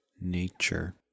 Nature